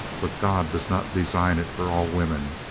but god does not design it for all women,